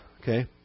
Okay